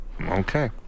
Okay